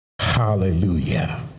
hallelujah